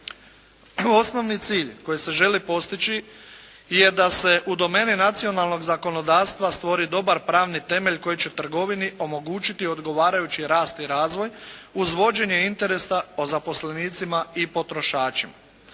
Osnovni cilj koji se želi postići je da se u domeni nacionalnog zakonodavstva stvori dobar pravni temelj koji će trgovini omogućiti odgovarajući rast i razvoj uz vođenje interesa o zaposlenicima i potrošačima.